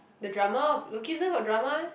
the drama of lookism got drama meh